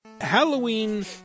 Halloween